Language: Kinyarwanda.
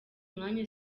mwanya